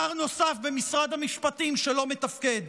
שר נוסף במשרד המשפטים שלא מתפקד.